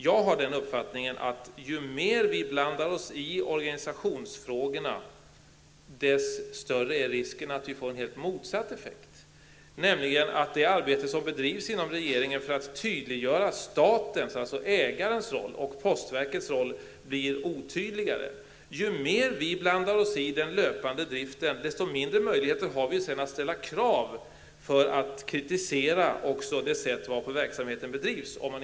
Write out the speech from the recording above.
Jag har den uppfattningen att ju mer vi blandar oss i organisationsfrågorna, desto större är risken för en helt motsatt effekt. Det arbete som bedrivs inom regeringen för att tydliggöra statens, dvs. ägarens, roll och postverkets roll blir då diffusare. Ju mer vi blandar oss i den löpande driften, desto mindre möjligheter har vi sedan att kritisera det sätt varpå verksamheten bedrivs.